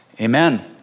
Amen